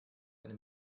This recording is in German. eine